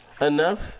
enough